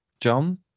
john